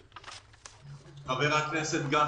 חבר הכנסת גפני,